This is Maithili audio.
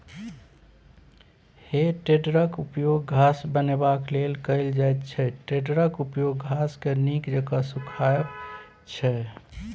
हे टेडरक उपयोग घास बनेबाक लेल कएल जाइत छै टेडरक उपयोग घासकेँ नीक जेका सुखायब छै